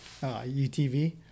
UTV